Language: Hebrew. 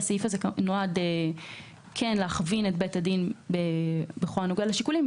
והסעיף הזה נועד להכווין את בית הדין בכל הנוגע לשיקולים,